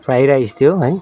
fry rice थियो है